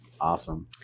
Awesome